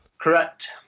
Correct